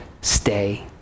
stay